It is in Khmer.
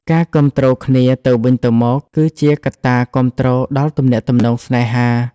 ការគាំទ្រគ្នាទៅវិញទៅមកគឺជាកត្តាគាំទ្រដល់ទំនាក់ទំនងស្នេហា។